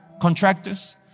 contractors